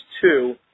two